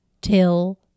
till